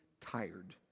tired